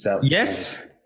Yes